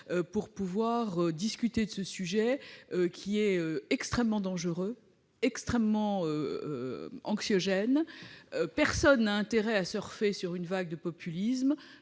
débat pour discuter de ce sujet, extrêmement dangereux et extrêmement anxiogène. Personne n'a intérêt à surfer sur une vague de populisme.